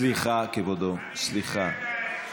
סליחה, כבודו, סליחה.